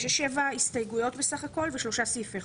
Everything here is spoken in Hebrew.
יש בסך הכול שבע הסתייגויות בשלושה סעיפי חוק.